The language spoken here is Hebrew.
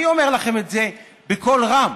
אני אומר לכם את זה בקול רם,